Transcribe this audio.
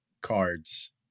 cards